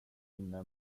inne